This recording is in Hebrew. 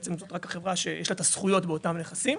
בעצם זאת חברה שיש לה רק זכויות באותם נכסים,